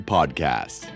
Podcast